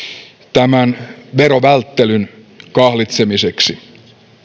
tämän verovälttelyn kahlitsemiseksi